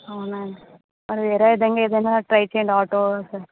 అవునా మరి వేరే విధంగా ఏదైనా ట్రై చెయ్యండి ఆటో